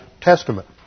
Testament